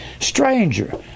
Stranger